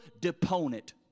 deponent